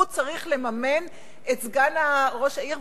הוא צריך לממן את סגן ראש העיר?